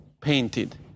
painted